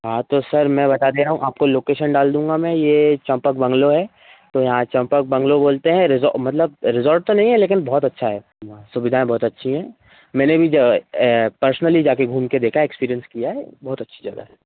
हाँ तो सर मैं बता रहा हूँ आपको लोकेशन बता दूँगा मैं ये चम्पक बंग्लो है तो यहाँ चम्पक बंग्लो बोलते हैं रिसोर्ट मतलब रिसोर्ट तो नहीं है लेकिन बहुत अच्छा है वहाँ सुविधाएँ बहुत अच्छी हैं मैंने भी जो है पर्सनली जा कर घूम कर देखा है एक्सपीरिएन्स किया है बहुत अच्छी जगह है